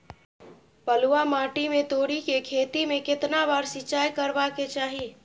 बलुआ माटी पर तोरी के खेती में केतना बार सिंचाई करबा के चाही?